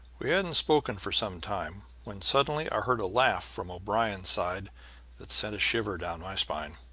we hadn't spoken for some time, when suddenly i heard a laugh from o'brien's side that sent a shiver down my spine.